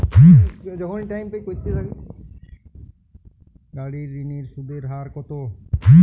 গাড়ির ঋণের সুদের হার কতো?